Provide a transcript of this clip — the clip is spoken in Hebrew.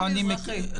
אני מזרחית.